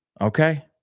Okay